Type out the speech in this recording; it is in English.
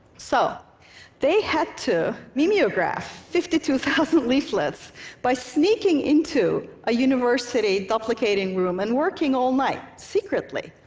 so they had to mimeograph fifty two thousand leaflets by sneaking into a university duplicating room and working all night, secretly.